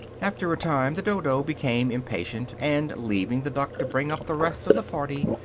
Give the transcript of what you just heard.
after a time the dodo became impatient, and, leaving the duck to bring up the rest of the party,